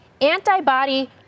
antibody